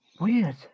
Weird